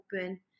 open